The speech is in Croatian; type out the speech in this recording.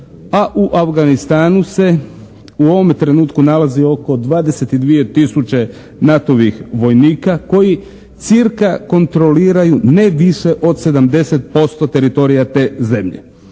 a u Afganistanu se u ovom trenutku nalazi oko 22 tisuće NATO-vih vojnika koji cca. kontroliraju ne više od 70% teritorija te zemlje.